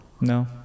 No